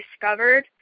discovered